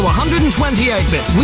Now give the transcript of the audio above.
128-bit